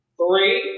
three